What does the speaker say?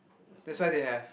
that's why they have